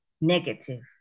negative